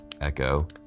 Echo